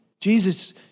Jesus